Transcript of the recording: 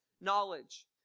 knowledge